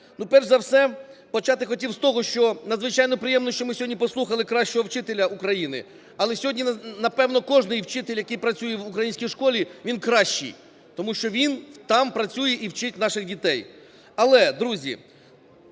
Перш за все, почати хотів з того, що надзвичайно приємно, що ми сьогодні послухали кращого вчителя України. Але сьогодні, напевно, кожний вчитель, який працює в українській школі, він кращий, тому що він там працює і вчить наших дітей.